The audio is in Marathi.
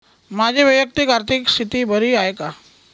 माझी वैयक्तिक आर्थिक स्थिती बरी आहे का?